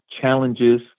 challenges